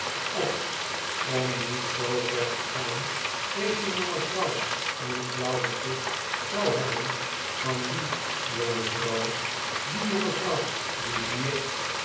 of om niet zoo ver te gaan deze jonge vrouw een flauw begrip zou hebben van die jonge vrouw die jonge vrouw die hier